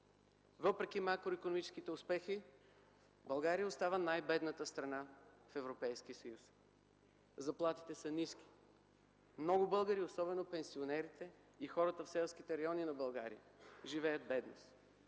Въпреки макроикономическите успехи България остава най-бедната страна в Европейския съюз. Заплатите са ниски. Много българи, особено пенсионерите и хората в селските райони на България, живеят в бедност.